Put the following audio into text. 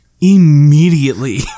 immediately